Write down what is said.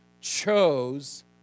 chose